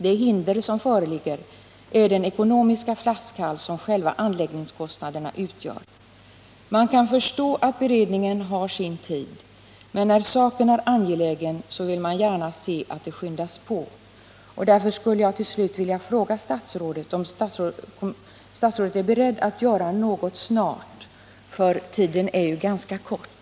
Det hinder som föreligger är den ekonomiska flaskhals som själva anläggningskostnaderna utgör. Man kan förstå att beredningen tar sin tid, men när saken är angelägen vill man gärna att det skyndas på. Där skulle jag till slut vilja fråga om statsrådet är beredd att göra något snart, eftersom tiden är ganska knapp.